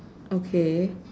okay